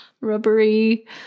...rubbery